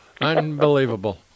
Unbelievable